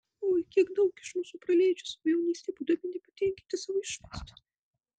oi kiek daug iš mūsų praleidžia savo jaunystę būdami nepatenkinti savo išvaizda